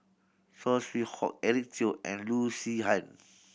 Saw Swee Hock Eric Teo and Loo Zihan